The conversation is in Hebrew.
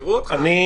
משפט סיום, בבקשה.